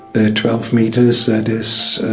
and twelve meters, that is,